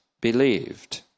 believed